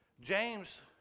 James